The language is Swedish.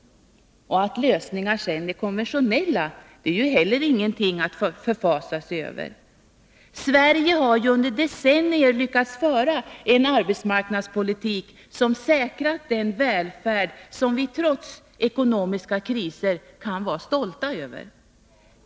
Att lösningarna är konventionella är heller ingenting att förfasa sig över. Sverige har ju under decennier lyckats föra en arbetsmarknadspolitik, som säkrat den välfärd som vi trots ekonomiska kriser kan vara stolta över.